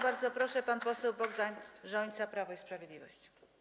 Bardzo proszę, pan poseł Bogdan Rzońca, Prawo i Sprawiedliwość.